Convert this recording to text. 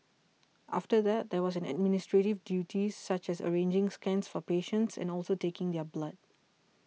after that there was administrative duties such as arranging scans for patients and also taking their blood